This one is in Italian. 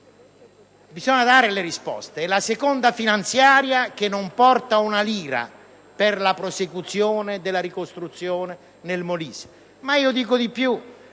bisogna dare delle risposte.